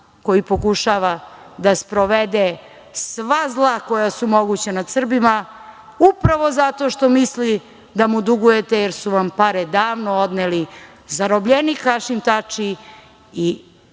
koji pokušava da sprovede sva zla koja su moguća nad Srbima upravo zato što misli da mu dugujete jer su vam pare davno odneli zarobljenik Hašim Tači i